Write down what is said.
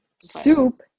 soup